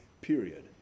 Period